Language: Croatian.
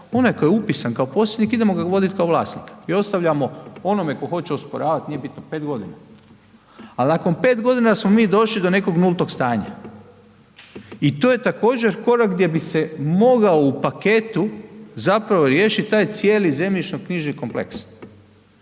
onaj koji je upisan kao posjedni, idemo ga vodit kao vlasnika i ostavljamo onome tko hoće osporavati nije bitno, 5 g., ali nakon 5 g. smo mi došli do nekog nultog stanja i to je također korak gdje bi se mogao u paketu zapravo riješiti taj cijeli zemljišno-knjižni kompleks